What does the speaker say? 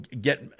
get